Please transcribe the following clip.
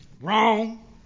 Wrong